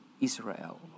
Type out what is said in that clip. Israel